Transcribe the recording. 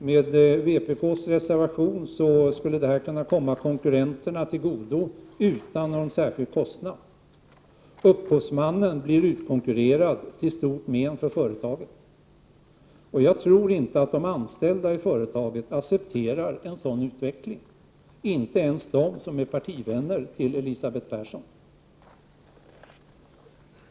Med vpk:s reservation skulle det kunna komma konkurrenterna till godo utan någon särskild kostnad. Upphovsmannen blir utkonkurrerad till stort men för företaget. Jag tror inte att de anställda i företaget accepterar en sådan utveckling — inte ens de som är partivänner till Elisabeth Persson.